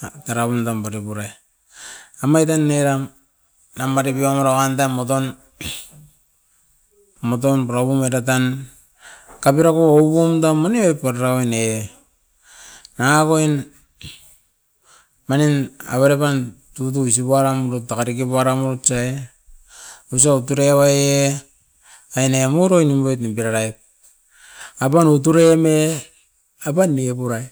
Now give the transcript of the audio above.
a taraun tam pari pure. Omain tan eram a mate kua mero wan taim moton, moton purapum era tan kabiraku ouon tan mane paraun ne. Avain manin avere pan tutui tsubu airan nu taka rake puaram u tse, oisop kurearaie ainem uroi nimroit nim peraraiet. Apaun o turem e, apan ne purai.